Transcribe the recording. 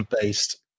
based